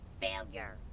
Failure